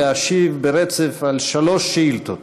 להשיב ברצף על שלוש שאילתות.